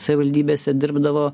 savivaldybėse dirbdavo